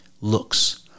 looks